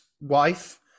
wife